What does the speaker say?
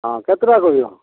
ହଁ କେତେଟା କହିବ